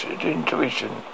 intuition